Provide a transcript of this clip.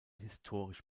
historisch